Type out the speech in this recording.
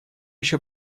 еще